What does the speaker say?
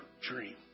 dream